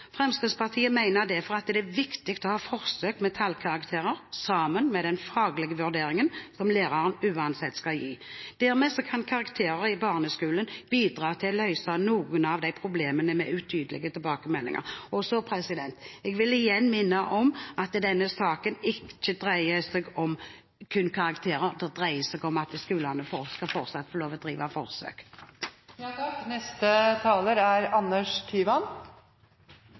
Fremskrittspartiet mener derfor det er viktig å ha forsøk med tallkarakterer sammen med den faglige vurderingen som læreren uansett skal gi. Dermed kan karakterer i barneskolen bidra til å løse noen av problemene med utydelige tilbakemeldinger. Jeg vil igjen minne om at denne saken ikke dreier seg kun om karakterer, den dreier seg om at skolene fortsatt skal få lov til å drive forsøk. Kristelig Folkeparti ønsker ikke karakterer i barneskolen. Vi mener det er